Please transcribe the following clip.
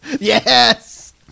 Yes